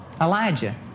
Elijah